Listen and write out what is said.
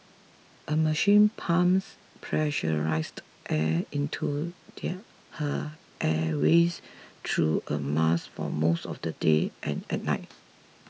a machine pumps pressurised air into her airways through a mask for most of the day and at night